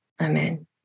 Amen